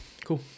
Cool